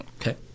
Okay